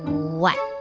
what?